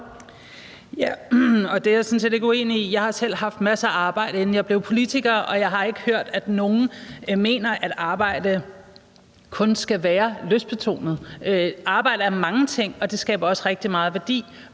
Jeg har selv haft masser af arbejde, inden jeg blev politiker, og jeg har ikke hørt, at nogen mener, at arbejde kun skal være lystbetonet. Arbejde er mange ting, og det skaber også rigtig meget værdi.